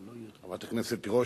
חברת הכנסת תירוש,